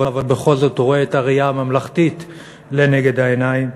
אבל בכל זאת רואה את הראייה הממלכתית לנגד העיניים.